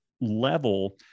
level